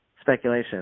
speculation